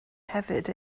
hefyd